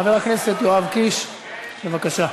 חבר הכנסת יואב קיש, בבקשה.